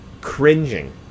cringing